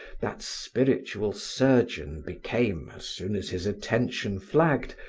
that spiritual surgeon became, as soon as his attention flagged,